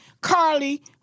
Carly